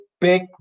big